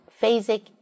phasic